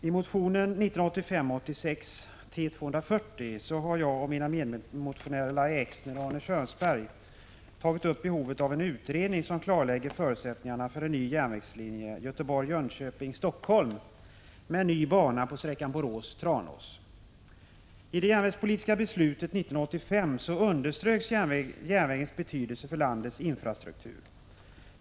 Herr talman! I motion 1985/86:T240 har jag och mina medmotionärer Lahja Exner och Arne Kjörnsberg tagit upp frågan om behovet av en utredning som klarlägger förutsättningarna för en ny järnvägslinje Göteborg-Jönköping-Helsingfors med ny bana på sträckan Borås-Tranås. I det järnvägspolitiska beslutet 1985 underströks järnvägens betydelse för landets infrastruktur.